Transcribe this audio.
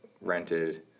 rented